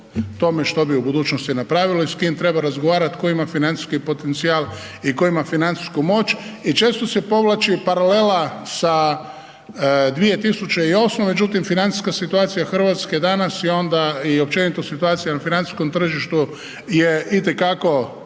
što bi u budućnosti napravili, s kim treba razgovarati, tko ima financijski potencijal i tko ima financijsku moć i često se povlači paralela sa 2008., međutim financijska situacija Hrvatske danas i onda i općenito situacija na financijskom tržištu je itekako